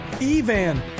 Evan